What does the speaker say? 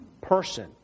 person